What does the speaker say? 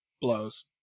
blows